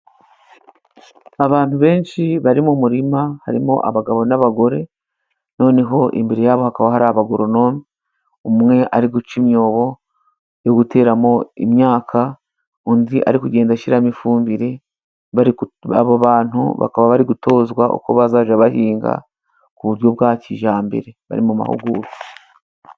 Abantu benshi bari mu murima, harimo abagabo n'abagore noneho imbere yabo hakaba hari abagoronome. Umwe ari guca imyobo yo guteramo imyaka, undi ari kugenda ashyiramo ifumbire, abo bantu bakaba bari gutozwa uko bazajya bahinga ku buryo bwa kijyambere, bari mu mahugurwa.